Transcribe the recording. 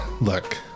Look